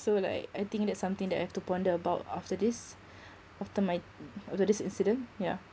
so like I think that's something that I have to ponder about after this after my although this incident yeah